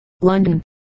London